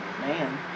man